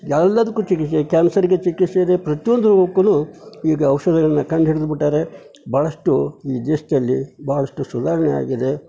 ಎಲ್ಲದಕ್ಕೂ ಚಿಕಿತ್ಸೆ ಕ್ಯಾನ್ಸರಿಗೆ ಚಿಕಿತ್ಸೆ ಇದೆ ಪ್ರತಿಯೊಂದಕ್ಕು ಈಗ ಔಷಧಿಗಳನ್ನು ಕಂಡು ಹಿಡ್ದು ಬಿಟ್ಟಾರೆ ಬಹಳಷ್ಟು ಈ ದೇಶದಲ್ಲಿ ಬಹಳಷ್ಟು ಸುಧಾರಣೆ ಆಗಿದೆ